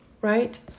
Right